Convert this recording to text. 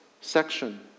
section